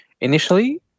initially